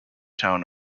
town